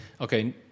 okay